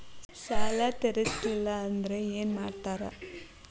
ಸಾಲ ತೇರಿಸಲಿಲ್ಲ ಅಂದ್ರೆ ಏನು ಮಾಡ್ತಾರಾ?